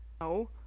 No